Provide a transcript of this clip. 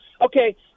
Okay